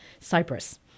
cyprus